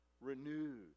renewed